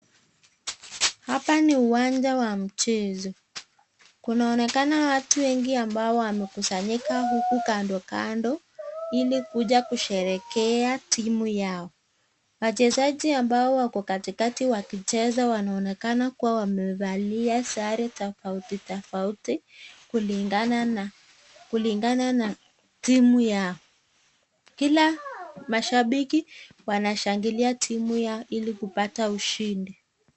Hapa ni uwanja wa mchezo kunaonekana watu wengi ambao wamekuzanyika huku kando kando hili kuja kusherekea timu yao, wachezaji ambao wako katikati wakicheza wanaonekana kuwa wamevalia sare tafauti tafauti kulingana na timu yao , kila mashabiki wanashangilia timu yao ili kupata ushindi .